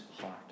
heart